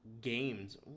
games